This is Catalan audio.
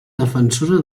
defensora